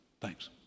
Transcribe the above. Thanks